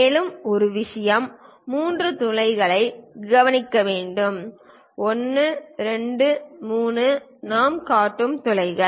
மேலும் ஒரு விஷயம் மூன்று துளைகளை கவனிக்க வேண்டும் 1 2 3 நாம் காட்டும் துளைகள்